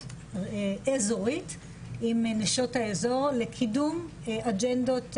אזורית עם נשות האזור לקידום אג'נדות גלובליות,